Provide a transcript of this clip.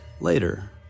Later